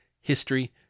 history